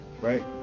right